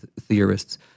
theorists